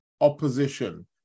opposition